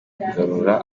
kugarura